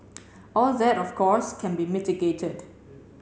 all that of course can be mitigated